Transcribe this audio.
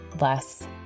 less